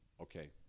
okay